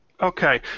Okay